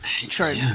True